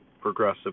progressive